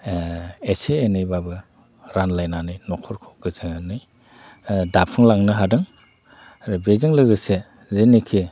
एसे एनैब्लाबो रानलायनानै न'खरखौ गोसायनानै दाफुंलांनो हादों आरो बेजों लोगोसे जेनिखि